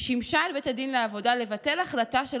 היא שימשה את בית הדין לעבודה לבטל החלטה של